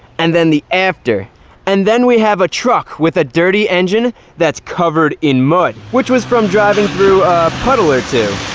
and then after and then we have a truck with a dirty engine that's covered in mud, which was from driving through a puddle or two,